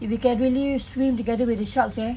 if you can really swim together with the sharks eh